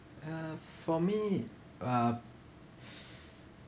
uh for me uh